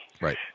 Right